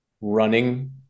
running